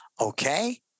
Okay